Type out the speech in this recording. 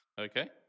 Okay